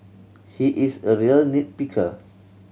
he is a real nit picker